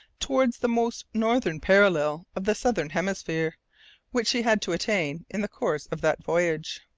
towards the most northern parallel of the southern hemisphere which she had to attain in the course of that voyage.